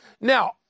Now